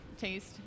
taste